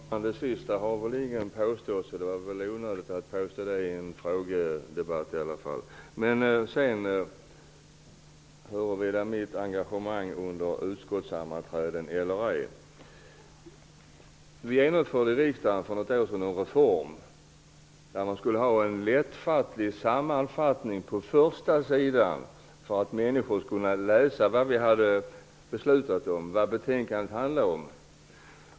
Herr talman! Det sista har ingen påstått. Det var onödigt att säga det i den här debatten. Jarl Lander talar om mitt engagemang under utskottssammanträdena. Jag vill bara säga att vi för något år sedan genomförde en reform i riksdagen som innebar att det skulle finnas en lättfattlig sammanfattning på första sidan av betänkandena för att människor skall kunna läsa vad vi beslutar om och vad betänkandena handlar om.